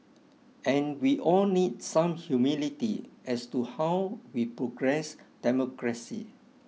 and we all need some humility as to how we progress democracy